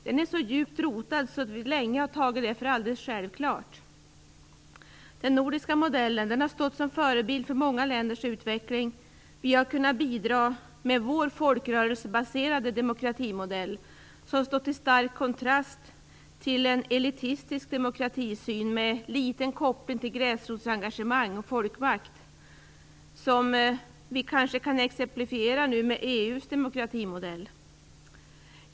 Detta är så djupt rotat att vi länge har tagit det för något alldeles självklart. Den nordiska modellen har stått som förebild för många länders utveckling. Vi har kunnat bidra med vår folkrörelsebaserade demokratimodell som har stått i stark kontrast till en elitistisk demokratisyn med liten koppling till gräsrotsengagemang och folkvakt. Denna demokratisyn skulle nu kanske kunna exemplifieras med EU:s demokratimodell.